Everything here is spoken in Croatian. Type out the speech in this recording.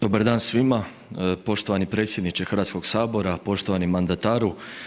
Dobar dan svima, poštovani predsjedniče Hrvatskog sabora, poštovani mandataru.